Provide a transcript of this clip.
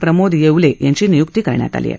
प्रमोद येवले यांची नियूक्ती करण्यात आली आहे